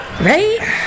Right